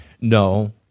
No